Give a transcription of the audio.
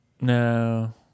No